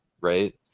right